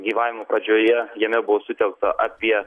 gyvavimo pradžioje jame buvo sutelkta apie